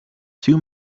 two